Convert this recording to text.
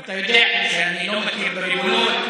אתה יודע שאני לא מכיר בגבולות,